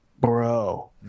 bro